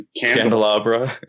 candelabra